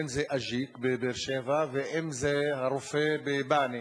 אם "אג'יק" בבאר-שבע ואם הרופא בבענה.